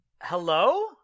hello